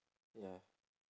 ya